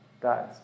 dies